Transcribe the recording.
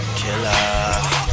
killer